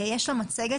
יש לה מצגת,